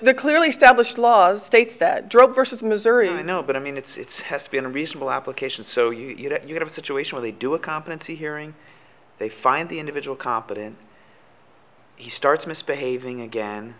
the clearly established laws states that drug versus missouri no but i mean it's has to be a reasonable application so you don't you have a situation where they do a competency hearing they find the individual competent he starts misbehaving again